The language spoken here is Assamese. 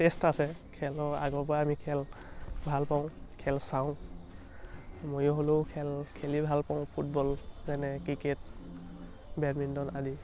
টেষ্ট আছে খেলৰ আগৰ পৰা আমি খেল ভাল পাওঁ খেল চাওঁ ময়ো হ'লেও খেল খেলি ভাল পাওঁ ফুটবল যেনে ক্ৰিকেট বেডমিণ্টন আদি